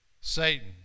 Satan